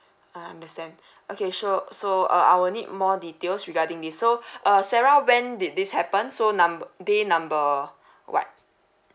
I understand okay sure so uh I will need more details regarding this so uh sarah when did this happen so number uh day number what